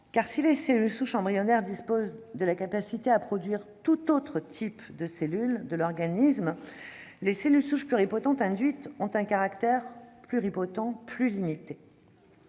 car si les cellules souches embryonnaires disposent de la capacité à produire tout autre type de cellules de l'organisme, les cellules souches pluripotentes induites ont un caractère pluripotent plus limité.